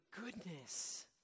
goodness